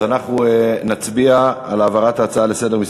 אז אנחנו נצביע על העברת ההצעה לסדר-היום,